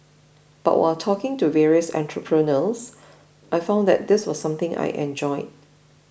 but while talking to various entrepreneurs I found that this was something I enjoyed